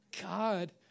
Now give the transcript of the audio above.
God